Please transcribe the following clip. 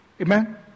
Amen